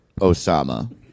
Osama